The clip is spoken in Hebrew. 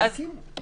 זה לא אותו דבר.